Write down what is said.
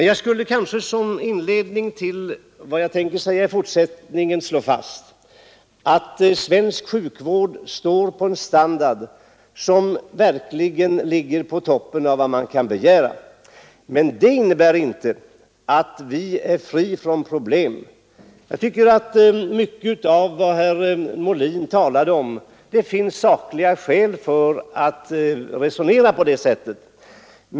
Jag skulle kanske som inledning till vad jag i fortsättningen tänker säga slå fast, att svensk sjukvårdsstandard verkligen ligger på toppen av vad man kan begära. Men det innebär inte att vi är fria från problem på området. Jag tycker att det finns sakliga skäl att resonera på det sätt herr Molin gjorde.